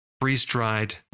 freeze-dried